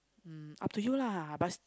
um up to you lah but